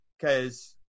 Cause